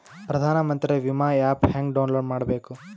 ಪ್ರಧಾನಮಂತ್ರಿ ವಿಮಾ ಆ್ಯಪ್ ಹೆಂಗ ಡೌನ್ಲೋಡ್ ಮಾಡಬೇಕು?